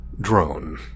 Drone